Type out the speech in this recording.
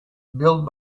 built